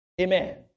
Amen